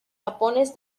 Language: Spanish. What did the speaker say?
tapones